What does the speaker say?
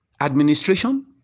administration